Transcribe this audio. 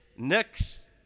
next